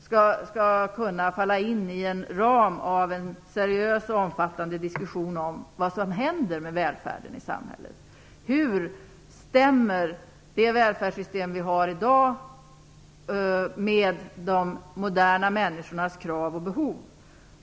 Det skall kunna falla in i en ram av en seriös och omfattande diskussion om vad som händer med välfärden i samhället. Hur stämmer det välfärdssystem vi har i dag med de moderna människornas krav och behov?